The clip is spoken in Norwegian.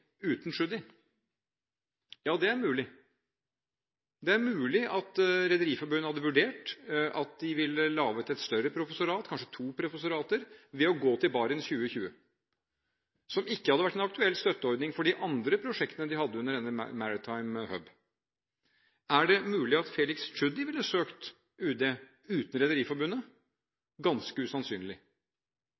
Ja, det er mulig. Det er mulig at Rederiforbundet hadde vurdert at de ville laget et større professorat, kanskje to professorater, ved å gå til Barents 2020, som ikke hadde vært en aktuell støtteordning for de andre prosjektene de hadde under denne Global Maritime Knowledge Hub. Er det mulig at Felix Tschudi ville søkt Utenriksdepartementet uten Rederiforbundet? Ganske usannsynlig.